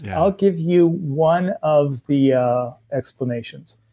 yeah i'll give you one of the yeah explanations.